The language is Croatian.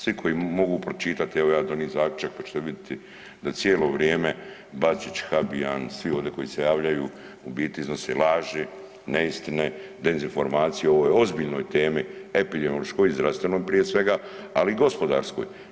Svi koji mogu pročitati, ja evo donijet zaključak pa ćete vidjeti da cijelo vrijeme Bačić, Habijan, svi ovdje koji se javljaju u biti iznose laži, neistine, dezinformacije o ovoj ozbiljnoj temi, epidemiološkoj i zdravstvenoj prije svega, ali i gospodarskoj.